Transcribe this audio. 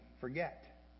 forget